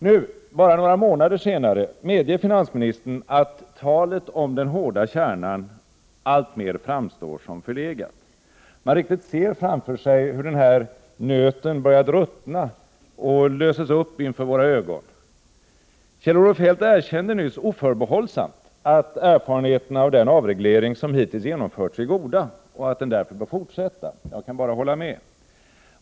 Nu — bara några månader senare — medger finansministern att talet om den hårda kärnan alltmer framstår som förlegat. Man riktigt ser framför sig hur den här nöten börjar ruttna och löses upp inför våra ögon. Kjell-Olof Feldt erkänner nu oförbehållsamt att erfarenheterna av den avreglering som hittills genomförts är goda och att den därför bör fortsätta. Jag kan hålla med.